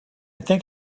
think